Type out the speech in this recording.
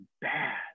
bad